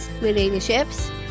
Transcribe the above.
relationships